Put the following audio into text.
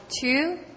two